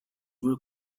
grew